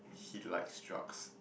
he likes drugs